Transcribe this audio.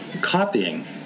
copying